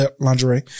lingerie